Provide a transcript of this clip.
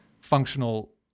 functional